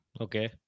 Okay